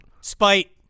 Spite